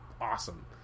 awesome